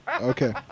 Okay